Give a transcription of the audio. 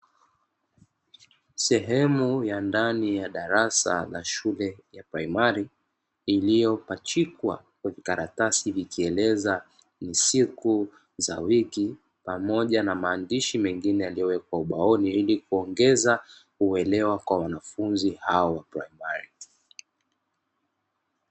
Sehemu ya ndani ya darasa la shule ya praimari, iliyopachikwa kwenye karatasi ikieleza ni siku za wiki pamoja na maandishi mengine yaliyowekwa ubaoni, ili kuongeza uelewa kwa wanafunzi hao wa praimari.